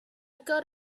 got